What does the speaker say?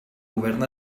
govern